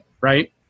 right